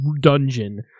dungeon